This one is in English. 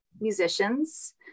musicians